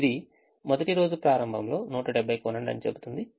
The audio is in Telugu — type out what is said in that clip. ఇది మొదటి రోజు ప్రారంభంలో 170 కొనండి అని చెప్తుంది